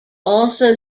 also